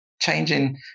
changing